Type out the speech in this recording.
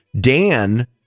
Dan